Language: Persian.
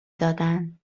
دادن